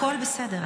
הכול בסדר.